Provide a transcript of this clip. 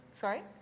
Sorry